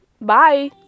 bye